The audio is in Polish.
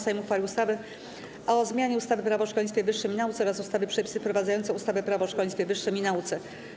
Sejm uchwalił ustawę o zmianie ustawy - Prawo o szkolnictwie wyższym i nauce oraz ustawy - Przepisy wprowadzające ustawę - Prawo o szkolnictwie wyższym i nauce.